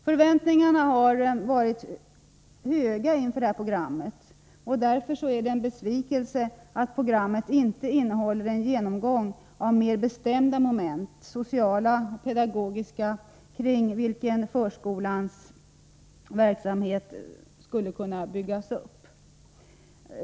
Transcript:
Förväntningarna på programmet har varit stora, och därför är det en besvikelse att programmet inte innehåller en genomgång av mera bestämda sociala och pedagogiska moment, kring vilka förskolans verksamhet skulle kunna byggas upp.